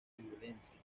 violencia